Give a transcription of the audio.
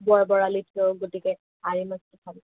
বৰালিতকৈও গতিকে আৰি মাছটো ভাল